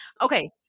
Okay